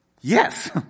Yes